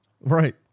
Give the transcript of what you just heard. Right